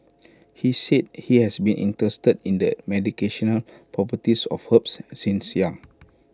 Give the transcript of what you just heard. he said he has been interested in the properties of herbs since young